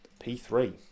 P3